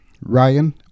Ryan